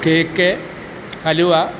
cake halwa